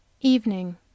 Evening